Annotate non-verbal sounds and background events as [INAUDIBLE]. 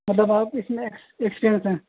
مطلب آپ اس میں ایکس [UNINTELLIGIBLE] ہیں